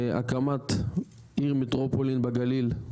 והקמת עיר מטרופולין בגליל.